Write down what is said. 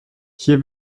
hier